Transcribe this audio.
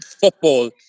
football